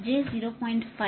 5 by 1 అంటే jరెండు